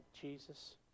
Jesus